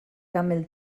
camel